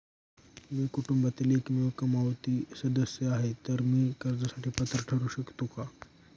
मी कुटुंबातील एकमेव कमावती सदस्य आहे, तर मी कर्जासाठी पात्र ठरु शकतो का?